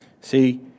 See